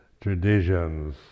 traditions